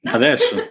adesso